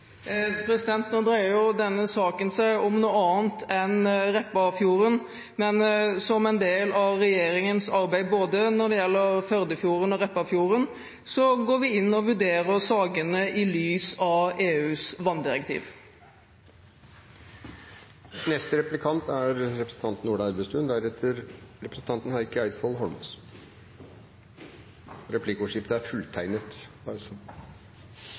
Nå dreier jo denne saken seg om noe annet enn Repparfjorden, men som en del av regjeringens arbeid når det gjelder både Førdefjorden og Repparfjorden, går vi inn og vurderer sakene i lys av EUs vanndirektiv. Statsråden påpeker stadig vekk i sitt innlegg grundigheten i det arbeidet som her er